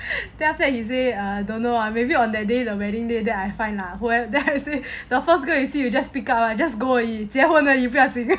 then after that he say I don't know ah maybe on that day the wedding day then I find out who then I say the first girl you going to see you just pickup ah just go 而已结婚而已不要紧